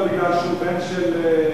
שהוא בן של,